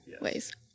ways